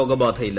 രോഗബാധയില്ല